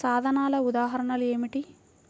సాధనాల ఉదాహరణలు ఏమిటీ?